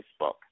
Facebook